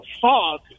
fog